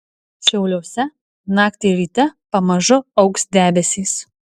šiauliuose naktį ir ryte pamažu augs debesys